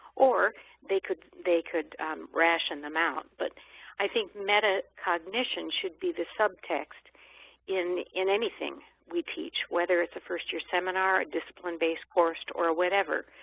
or they could they could ration them out. but i think meta-cognition should be the subtext in in anything we teach, whether it's a first-year seminar, a discipline-based course or whatever.